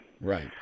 Right